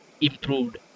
improved